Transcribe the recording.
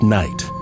night